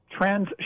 trends